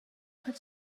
khat